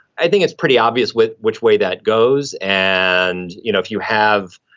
i think it's pretty obvious with which way that goes. and, you know, if you have,